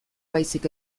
baizik